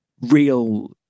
real